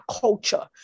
culture